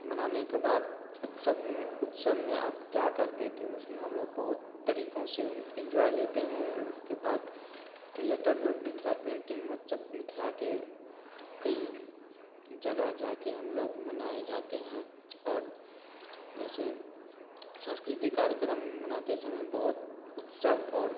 मनाने के बाद उत्सव उत्सव में आप क्या करते थे उसमें हम लोग बहुत तरीकों से इंजॉय लेते हैं और उसके बाद थिएटर ग्रुप मिथिला पेंटिंग महोत्सव मिथिला के कई जगह जाकर हम लोग मनाए जाते हैं और जैसे सांस्कृतिक कार्यक्रम मनाते समय बहुत उत्सव और